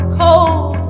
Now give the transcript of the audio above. cold